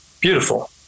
beautiful